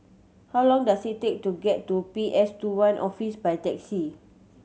how long does it take to get to P S Two One Office by taxi